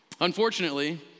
Unfortunately